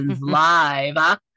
Live